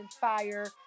Fire